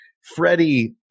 freddie